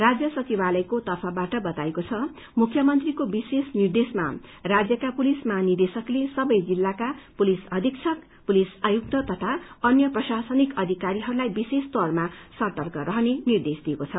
राज्य सचिवालयको तफ्रबाट बताइएको छ मुख्यमंत्रीको विशेष निर्देशमा राज्यका पुलस महानिदेशकले सबै जिल्लाका पुलिस अधीक्षक पुलिस आयुक्त तथा अन्य प्रशासनिक अधिकरीहरूलाई विशेष तौरमा सव्रक रहने निर्देश दिइएको छ